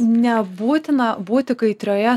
nebūtina būti kaitrioje